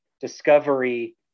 discovery